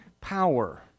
power